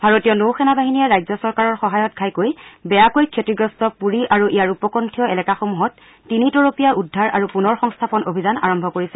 ভাৰতীয় নৌ সেনাবাহিনীয়ে ৰাজ্য চৰকাৰৰ সহায়ত ঘাইকৈ বেয়াকৈ ক্ষতিগ্ৰস্ত পুৰী আৰু ইয়াৰ উপকণ্ঠীয় এলেকাসমূহত তিনি তৰপীয়া উদ্ধাৰ আৰু পুনৰ সংস্থাপন অভিযান আৰম্ভ কৰিছে